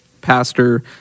pastor